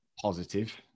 positive